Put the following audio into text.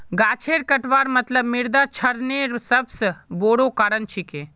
गाछेर कटवार मतलब मृदा क्षरनेर सबस बोरो कारण छिके